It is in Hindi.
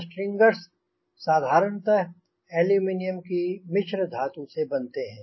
स्ट्रिंगर्स साधारणतः ऐल्यूमिनीयम की मिश्र धातु से बनते हैं